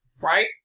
right